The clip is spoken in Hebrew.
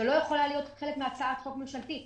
זו לא יכולה להיות חלק מהצעת חוק ממשלתית.